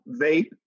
vape